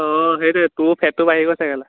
অঁ সেইটোৱে তোৰো ফেটটো বাঢ়ি গৈছে কেলা